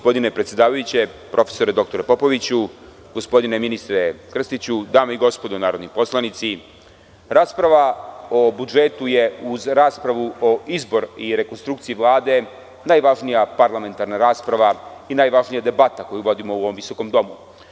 Poštovani predsedavajući prof. dr Popoviću, gospodine ministre Krstiću, dame i gospodo narodni poslanici, rasprava o budžetu je, uz raspravu o izboru i rekonstrukciji Vlade, najvažnija parlamentarna rasprava i najvažnija debata koju vodimo u ovom visokom domu.